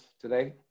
today